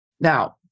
Now